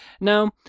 now